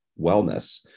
wellness